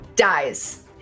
dies